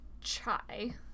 chai